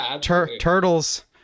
Turtles